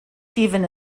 stephen